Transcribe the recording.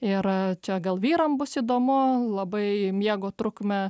ir čia gal vyram bus įdomu labai miego trukme